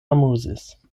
amuzis